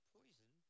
poison